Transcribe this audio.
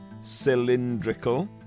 cylindrical